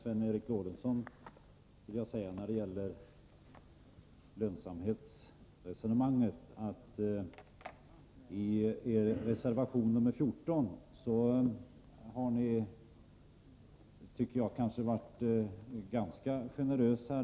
Herr talman! När det gäller lönsamhetsresonemanget vill jag till Sven Eric Lorentzon säga att ni i er reservation 14 har varit ganska generösa.